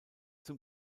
zum